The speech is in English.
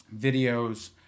videos